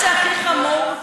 ומה שהכי חמור,